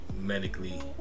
medically